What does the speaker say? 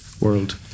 world